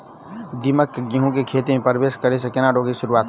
दीमक केँ गेंहूँ केँ खेती मे परवेश करै सँ केना रोकि शुरुआत में?